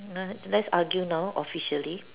no let's argue now officially